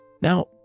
Now